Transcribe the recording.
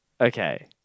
Okay